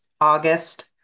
August